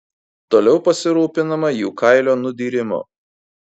toliau pasirūpinama jų kailio nudyrimu